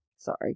Sorry